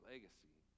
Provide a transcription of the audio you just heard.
legacy